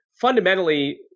fundamentally